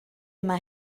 yma